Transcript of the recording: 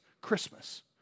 Christmas